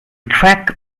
track